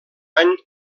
any